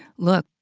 look,